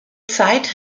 zeit